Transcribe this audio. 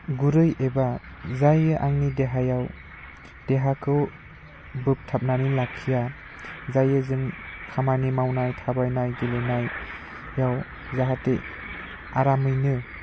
गुरै एबा जाय आंनि देहायाव देहाखौ बोबथाबनानै लाखिया जायो जों खामानि मावनाय थाबायनाय गेलेनायाव जाहाथे आरामैनो